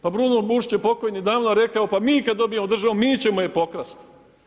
Pa Bruno Bušić je pokojni davno rekao pa mi kada dobijemo državu mi ćemo je pokrasti.